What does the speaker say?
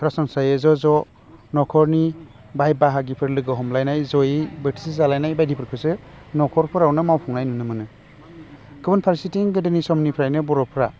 सरासनस्रायै ज' ज' नखरनि बाय बाहागिफोर लोगो हमलायनाय जयै बोथिसे जालायनाय बायदिफोरखौसो नखरफोरावनो मावफुंनाय नुनो मोनो गुबुन फारसेथिं गोदोनि समनिफ्रायनो बर'फोरा